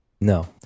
No